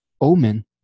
omen